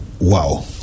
Wow